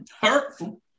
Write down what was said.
Hurtful